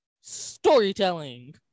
storytelling